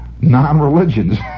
non-religions